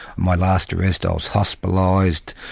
my last arrest i was hospitalised,